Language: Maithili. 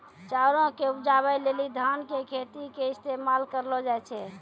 चाउरो के उपजाबै लेली धान के खेतो के इस्तेमाल करलो जाय छै